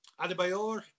Adebayor